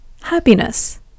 happiness